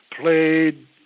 played